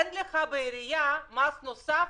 אין לך בעירייה מס נוסף,